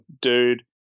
dude